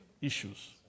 issues